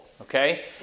okay